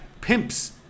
pimps